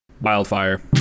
wildfire